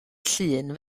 llun